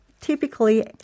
Typically